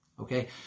Okay